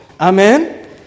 amen